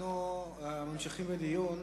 אנחנו ממשיכים בדיון.